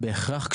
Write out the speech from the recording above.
בין אם זה דפו,